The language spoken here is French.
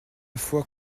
foi